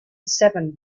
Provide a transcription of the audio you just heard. seven